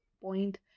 point